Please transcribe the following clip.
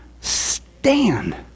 Stand